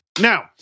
Now